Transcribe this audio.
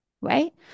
right